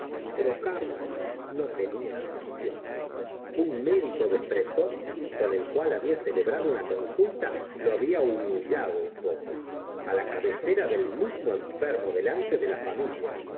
pero carlos no tenia ambición un médico de fretot con el cual había celebrado una consulta lo había humillado un poco la cabecera del mismo enfermo delante de la familia